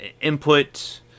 input